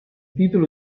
titolo